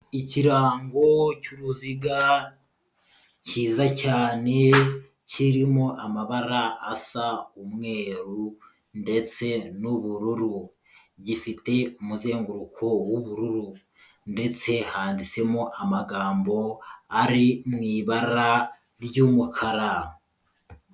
Ikirango cy'uruziga kiza cyane kirimo amabara asa umweru ndetse n'ubururu, gifite umuzenguruko w'ubururu ndetse handitsemo amagambo ari mu ibara ry'umukara.